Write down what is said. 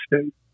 State